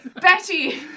Betty